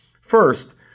First